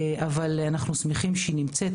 אבל אנחנו שמחים שהיא נמצאת.